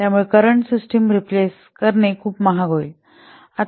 त्यामुळे current system replace करणे खूप महाग होईल